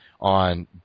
on